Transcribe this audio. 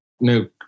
no